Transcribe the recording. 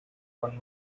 one